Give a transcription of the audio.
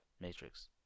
matrix